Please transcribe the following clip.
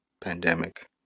pandemic